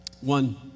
One